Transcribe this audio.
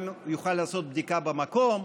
גם יוכל לעשות בדיקה במקום,